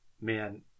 man